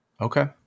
Okay